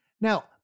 Now